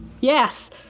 Yes